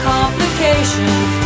Complications